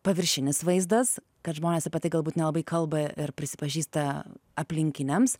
paviršinis vaizdas kad žmonės apie tai galbūt nelabai kalba ir prisipažįsta aplinkiniams